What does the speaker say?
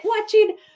watching